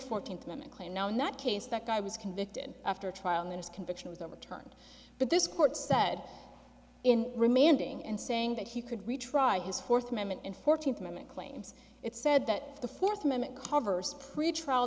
fourteenth amendment claim now in that case that guy was convicted after trial on this conviction was overturned but this court said in remain ending in saying that he could retry his fourth amendment in fourteenth amendment claims it said that the fourth amendment covers pretrial